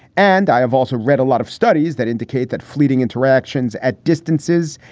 and i have also read a lot of studies that indicate that fleeting interactions at distances,